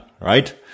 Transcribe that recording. right